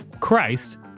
christ